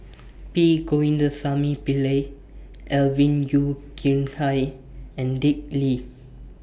P Govindasamy Pillai Alvin Yeo Khirn Hai and Dick Lee